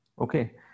Okay